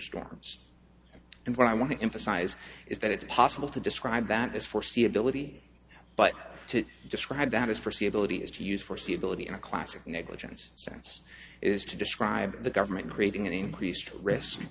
storms and what i want to emphasize is that it's possible to describe that is foreseeability but to describe that as forsee ability is to use foreseeability in a classic negligence sense is to describe the government creating an increased risk